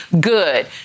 good